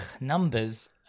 numbers